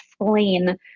explain